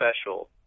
special